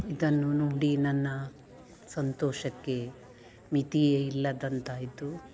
ಇದನ್ನು ನೋಡಿ ನನ್ನ ಸಂತೋಷಕ್ಕೆ ಮಿತಿಯೇ ಇಲ್ಲದಂತಾಯಿತು